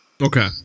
okay